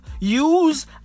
Use